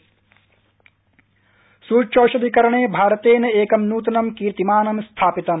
सुच्यौषधम् सूच्यौषधिकरणे भारतेन एकं नूतनं कीर्तिमजं स्थापितम्